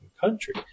country